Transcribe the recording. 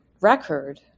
record